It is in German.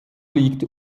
liegt